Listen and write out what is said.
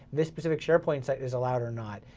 this specific sharepoint site is allowed or not.